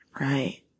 right